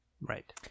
Right